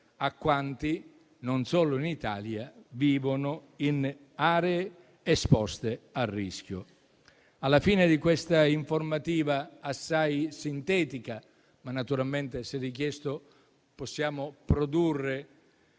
a quanti, non solo in Italia, vivono in aree esposte al rischio. Alla fine di questa informativa assai sintetica - e naturalmente, se richiesto, possiamo produrre